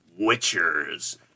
witchers